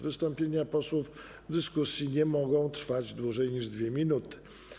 Wystąpienia posłów w dyskusji nie mogą trwać dłużej niż 2 minuty.